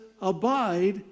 abide